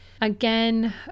Again